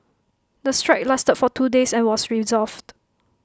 the strike lasted for two days and was resolved